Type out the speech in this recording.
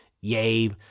yay